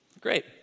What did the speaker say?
great